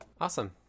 Awesome